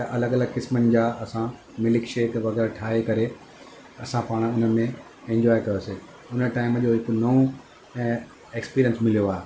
त अलॻि अलॻि क़िस्मनि जा असां मिल्क शेक वग़ैरह ठाहे करे असां पाण उन्हनि में इंजॉय कयोसे हुन टाइम जो हिकु नओं ऐ एक्सपीरियंस मिलियो आहे